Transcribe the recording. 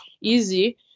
easy